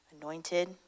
anointed